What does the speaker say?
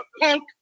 punk